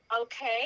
okay